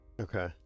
Okay